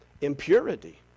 Impurity